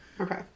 Okay